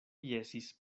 jesis